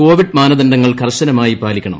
Covid മാനദണ്ഡങ്ങൾ കർശനമായി പാലിക്കണം